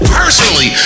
personally